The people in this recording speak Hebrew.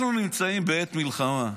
אנחנו נמצאים בעת מלחמה.